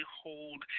hold